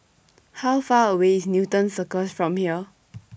How Far away IS Newton Circus from here